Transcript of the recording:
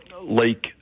Lake